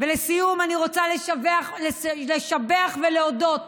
ולסיום אני רוצה לשבח ולהודות